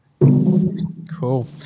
Cool